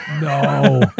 No